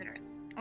visitors